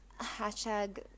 Hashtag